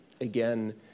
Again